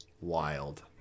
wild